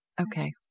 Okay